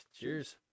cheers